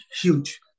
huge